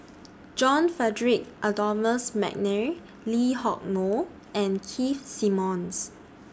John Frederick Adolphus MC Nair Lee Hock Moh and Keith Simmons